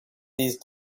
these